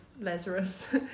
Lazarus